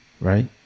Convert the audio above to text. right